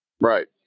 right